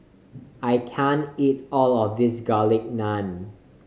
I can't eat all of this Garlic Naan